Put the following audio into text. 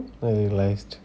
but realised